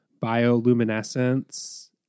bioluminescence